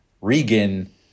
Regan